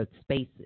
spaces